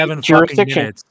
Jurisdiction